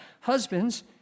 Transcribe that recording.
Husbands